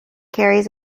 carries